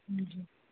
हां जी